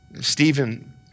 Stephen